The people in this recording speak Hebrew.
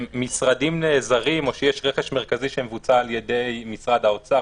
משרדים נעזרים או שיש רכש מרכזי שמבוצע על-ידי משרד האוצר,